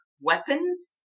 weapons